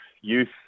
youth